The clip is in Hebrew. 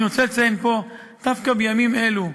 אני רוצה לציין פה, דווקא בימים אלו,